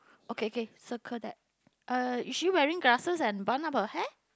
okay okay circle that uh is she wearing glasses and bun up her hair